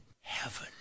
heaven